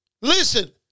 Listen